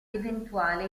eventuale